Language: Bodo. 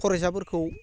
फरायसाफोरखौ